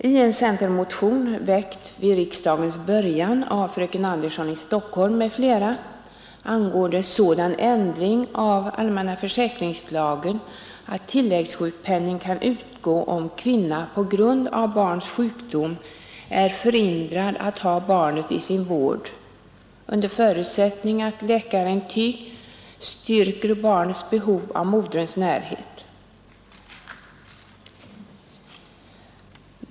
I en centermotion, väckt vid riksdagens början av fröken Andersson i Stockholm m.fl., föreslås sådan ändring av allmänna försäkringslagen att tilläggssjukpenning kan utgå, om kvinna på grund av barns sjukdom är förhindrad att ha barnet i sin vård, under förutsättning att läkarintyg styrker barnets behov av moderns närhet.